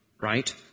right